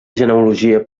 genealogia